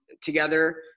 together